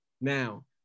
Now